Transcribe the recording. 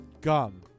Gum